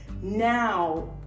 Now